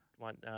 One